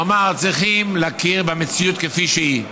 הוא אמר, צריכים להכיר במציאות כפי שהיא.